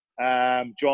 John